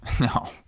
No